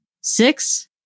Six